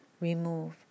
remove